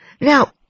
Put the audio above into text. Now